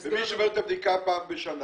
ומי שעובר את הבדיקה פעם בשנה